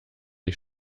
ich